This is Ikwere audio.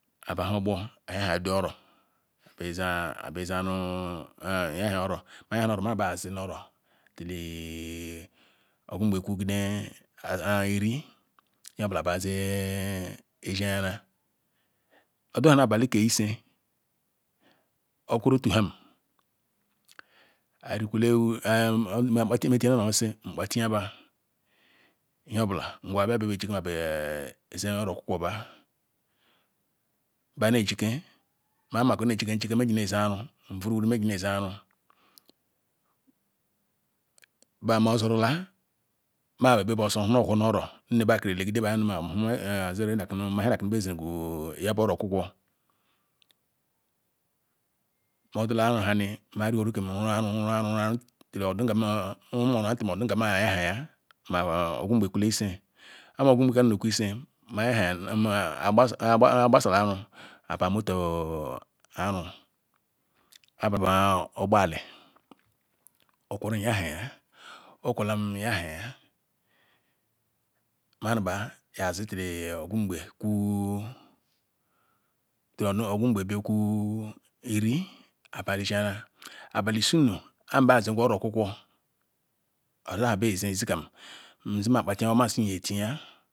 abarhogbar ayahado oro mayahara oro mbaziz oro tw ungbz kwugede irk ngz obula barzezie ayara odutara abeh kz isie abarho. ogbor bea zkoro azi nu oro mgbe kwu eri nyi ogbela bar zzzkayara odala abehi ke isi obukoriri ofuham mza fiyara nu osisi nkpafaja ba nyz obula beajike ma bea zae oro kwukwo ba, ba mjike mai makone jike naak aru mo zurula ma yz ba ozor o buhornu oro mr kur legide ba aye, a bezazh ya bu oro kwukwo mo dala lere nmro ru aru ofunje kwale isz lam ofunhe nu isiz abar motto aru abarra ogburah okwo rumyahaya okwo lam yahaya mamba ya zi side til ofangz bokwu nk abar zezkayara abeh isianu anbazk orokwukwo iziyem izimakpatiba batiya